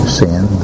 sin